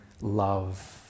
love